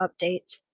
updates